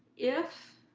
if